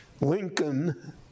Lincoln